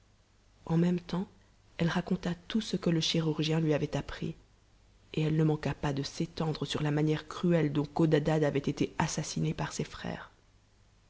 en même temps elle raconta tout ce que le chirurgien lui avait appris et elle ne manqua pas de s'étendre sur la manière cruelle dont codadad avait été assassiné par ses frères